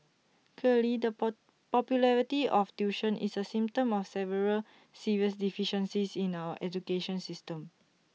clearly the poor popularity of tuition is A symptom of several serious deficiencies in our education system